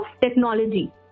technology